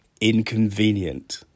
inconvenient